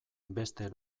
beste